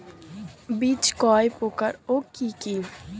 বীজ কয় প্রকার ও কি কি?